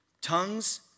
Tongues